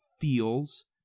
feels